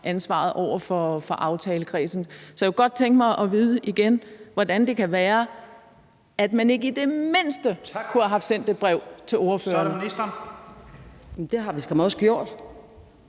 ansvaret over for aftalekredsen. Så jeg kunne godt tænke mig at vide, igen, hvordan det kan være, at man ikke i det mindste kunne have sendt et brev til ordførerne.